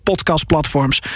Podcastplatforms